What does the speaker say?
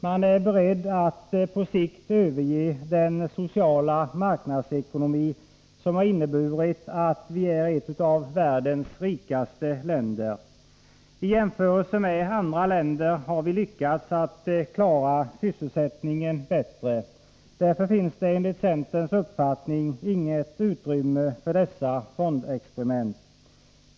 Man är beredd att på sikt överge den sociala marknadsekonomin, som har inneburit att vi är ett av världens rikaste länder. I jämförelse med andra länder har vi lyckats klara sysselsättningen bättre. Därför finns det enligt centerns uppfattning inget utrymme för dessa fondexperiment.